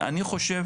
אני חושב